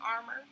armor